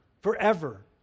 forever